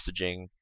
messaging